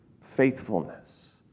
faithfulness